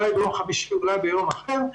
אולי ביום חמישי או ביום אחר,